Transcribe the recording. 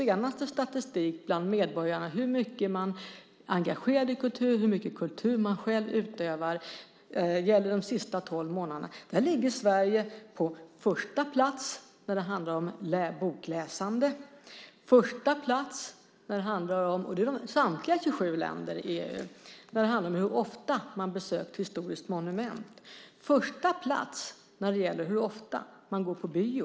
EU:s statistik för de senaste tolv månaderna över hur mycket medborgarna är engagerade i kultur och hur mycket kultur de utövar visar att Sverige hamnar på första plats när det handlar om bokläsande. Sverige ligger också på första plats när det handlar om - och det är samtliga 27 länder i EU - hur ofta man besökt ett historiskt monument och hur ofta man går på bio.